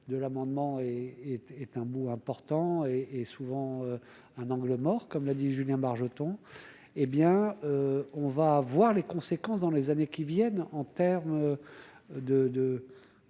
de l'amendement est est tabou important et est souvent un angle mort, comme l'a dit, Julien Bargeton, hé bien on va voir les conséquences dans les années qui viennent, en terme de,